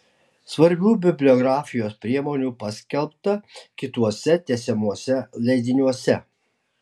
svarbių bibliografijos priemonių paskelbta kituose tęsiamuosiuose leidiniuose